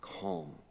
calm